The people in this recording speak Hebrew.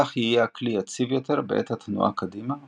כך יהיה הכלי יציב יותר בעת התנועה קדימה ולהפך,